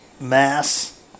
mass